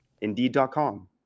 indeed.com